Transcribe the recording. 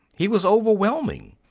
he was overwhelming.